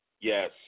Yes